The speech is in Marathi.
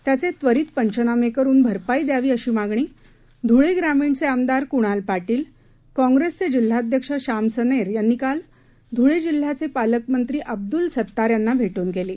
त्याचेत्वरितपंचनामेकरूनभरपाईद्यावीअशीमागणीधुळेग्रामीणचेआमदारकुणालपाटील काँग्रेसचेजिल्हाध्यक्षशामसनेरयांनीकालधुळेजिल्हयाचेपालकमंत्रीअब्द्लसत्तारयांनाभेटूनकेली